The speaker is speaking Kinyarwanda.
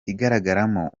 igaragaramo